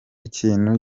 kintu